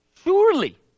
surely